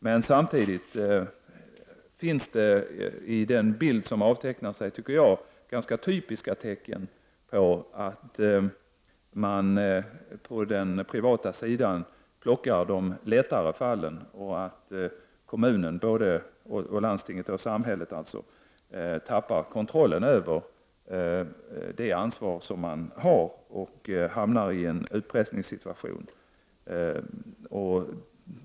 Det finns emellertid enligt min uppfattning samtidigt i den bild som avtecknar sig ganska typiska tecken på att man på den privata sidan plockar ut de lättare fallen och att också samhället, kommuner och landsting, tappar kontrollen över det ansvar som man har och hamnar i en utpressningssituation.